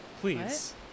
Please